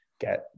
get